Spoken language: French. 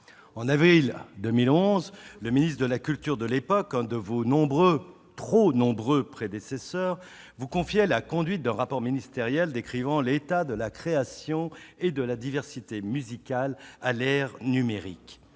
En avril 2011, le ministre de la culture de l'époque, un de vos nombreux, trop nombreux, prédécesseurs, vous confiait la conduite d'un rapport ministériel sur l'état de la création et de la diversité musicales à l'ère numérique.